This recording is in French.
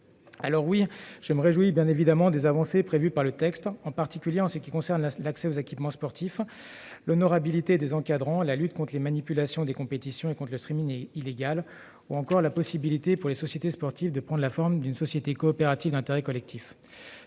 Certes, je me réjouis évidemment des avancées prévues dans le texte. Je pense en particulier aux dispositions concernant l'accès aux équipements sportifs, l'honorabilité des encadrants, la lutte contre les manipulations des compétitions et contre le illégal ou encore la possibilité pour les sociétés sportives de prendre la forme d'une société coopérative d'intérêt collectif.